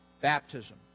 baptism